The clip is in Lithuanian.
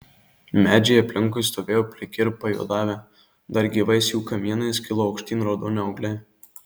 medžiai aplinkui stovėjo pliki ir pajuodavę dar gyvais jų kamienais kilo aukštyn raudoni augliai